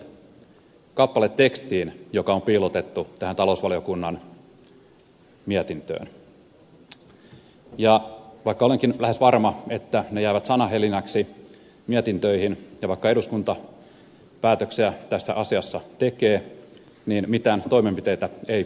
vaihdoin vastalauseen kappaletekstiin joka on piilotettu tähän talousvaliokunnan mietintöön ja vaikka olenkin lähes varma että ne jäävät sanahelinäksi mietintöihin ja vaikka eduskunta päätöksiä tässä asiassa tekee niin mitään toimenpiteitä ei tehdä